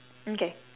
okay